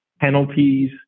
penalties